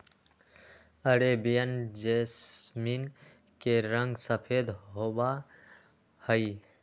Arabian jasmine के रंग सफेद होबा हई